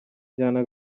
njyana